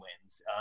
wins